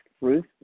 Ruth